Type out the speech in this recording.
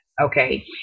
okay